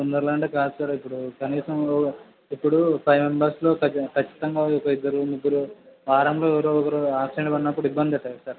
తొందరలో అంటే కాదు సార్ ఇప్పుడు కనీసం ఇప్పుడు ఫైవ్ మెంబర్స్లో కచ్చి ఖచ్చితంగా ఒక అయితే ఇద్దరో ముగ్గురో వారంలో ఎవరో ఒకరు ఆబ్సెంట్గా ఉన్నప్పుడు ఇబ్బంది అవుతుంది సార్